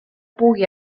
pugui